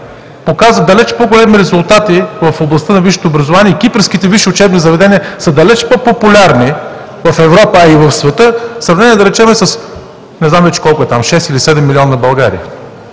показа далеч по-големи резултати в областта на висшето образование. Кипърските висши учебни заведения са далеч по-популярни в Европа, а и в света, в сравнение, да речем, с не знам колко е –